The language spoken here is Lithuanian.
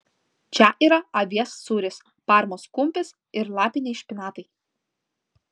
čia yra avies sūris parmos kumpis ir lapiniai špinatai